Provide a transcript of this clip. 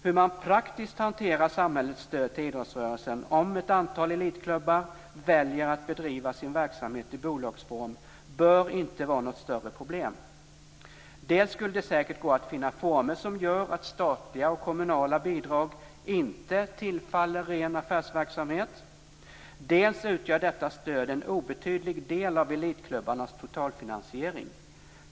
Hur man praktiskt hanterar samhällets stöd till idrottsrörelsen om ett antal elitklubbar väljer att bedriva sin verksamhet i bolagsform bör inte vara något större problem. Dels skulle det säkert gå att finna former som gör att statliga och kommunala bidrag inte tillfaller ren affärsverksamhet, dels utgör detta stöd en obetydlig del av elitklubbarnas totalfinansiering.